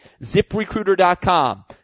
ZipRecruiter.com